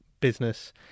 business